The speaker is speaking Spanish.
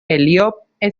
elliott